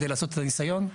כדי לנסות את הניסיון?